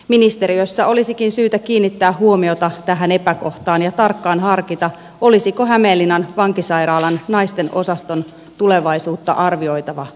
ministeriössä olisikin syytä kiinnittää huomiota tähän epäkohtaan ja tarkkaan harkita olisiko hämeenlinnan vankisairaalan naisten osaston tulevaisuutta arvioitava uudelleen